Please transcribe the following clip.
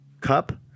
cup